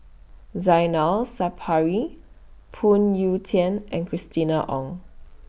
Zainal Sapari Phoon Yew Tien and Christina Ong